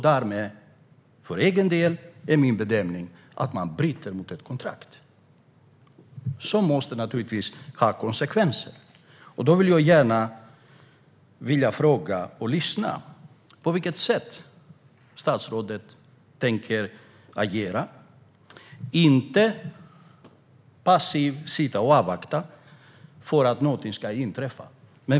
Därmed är min bedömning att man bryter ett kontrakt. Det måste naturligtvis medföra konsekvenser. Då vill jag fråga: På vilket sätt tänker statsrådet agera? Det handlar inte om att passivt sitta och avvakta att någonting ska inträffa.